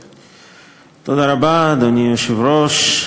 רבה, אדוני השר,